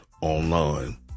online